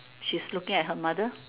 she's looking at her mother